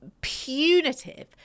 punitive